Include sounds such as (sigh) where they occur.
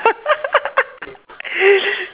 (laughs)